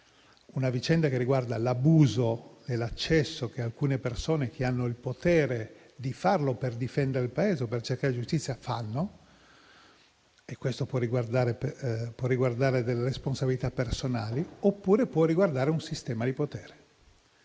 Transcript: una vicenda che riguarda l'abuso nell'accesso che fanno alcune persone, che hanno il potere di farlo per difendere il Paese o per cercare giustizia. Questo può riguardare delle responsabilità personali, oppure può riguardare un sistema di potere.